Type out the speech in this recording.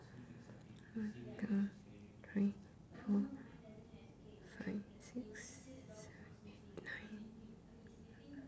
one two three four five six seven eight nine